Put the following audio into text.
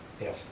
Yes